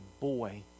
boy